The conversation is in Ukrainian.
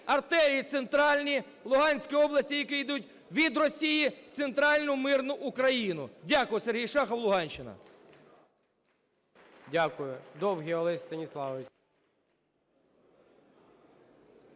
артерії центральні в Луганській області, які йдуть від Росії в центральну мирну Україну. Дякую. Сергій Шахов, Луганщина. ГОЛОВУЮЧИЙ. Дякую. Довгий Олесь Станіславович.